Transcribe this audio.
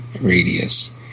radius